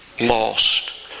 lost